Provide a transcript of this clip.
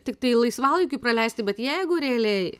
tiktai laisvalaikiui praleisti bet jeigu realiai